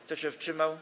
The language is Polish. Kto się wstrzymał?